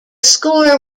score